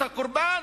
את הקורבן,